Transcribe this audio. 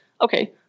Okay